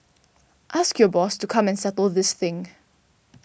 ask your boss to come and settle this thing